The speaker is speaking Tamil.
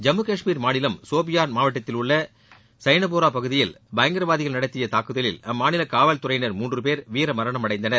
ஜம்மு காஷ்மீர் மாநிலம் சோபியான் மாவட்டத்தில் உள்ள சைனபோரா பகுதியில் பயங்கரவாதிகள் நடத்திய தாக்குதலில் அம்மாநில காவல்துறையினர் மூன்று பேர் வீரமரணம் அடைந்தனர்